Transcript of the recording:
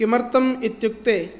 किमर्थम् इत्युक्ते